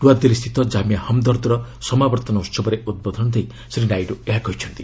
ନୂଆଦିଲ୍ଲୀ ସ୍ଥିତ ଜାମିଆ ହମ୍ଦର୍ଦ୍ଦର ସମାବର୍ତ୍ତନ ଉହବରେ ଉଦ୍ବୋଧନ ଦେଇ ଶ୍ରୀ ନାଇଡୁ ଏହା କହିଛନ୍ତି